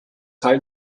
teil